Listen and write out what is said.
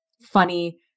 funny